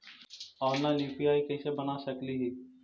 Online UPI कैसे बना सकली ही?